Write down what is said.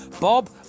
Bob